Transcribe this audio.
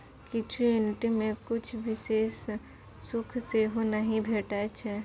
किछ एन्युटी मे किछ बिषेश सुद सेहो नहि भेटै छै